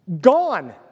Gone